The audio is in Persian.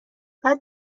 بعد